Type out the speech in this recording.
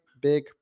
big